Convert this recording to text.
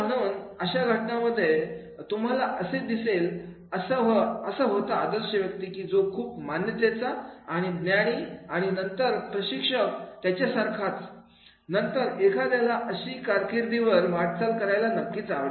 अशा घटनांमधून तुम्हाला असे दिसेल असा होता आदर्श व्यक्ती की जो खूप मान्यतेचा आणि ज्ञानी आणि नंतर प्रशिक्षक त्याच्यासारखाच नंतर एखाद्याला अशा कारकिर्दीवर वाटचाल करायला नक्कीच आवडेल